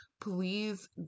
please